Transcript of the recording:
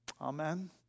Amen